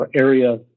area